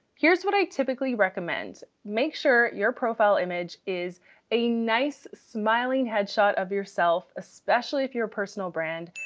here's what i typically recommend. make sure your profile image is a nice smiling headshot of yourself, especially if you're a personal brand.